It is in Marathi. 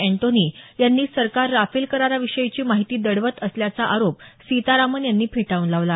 अँटोनी यांनी सरकार राफेल कराराविषयीची माहिती दडवत असल्याचा आरोप सीतारामन यांनी फेटाळून लावला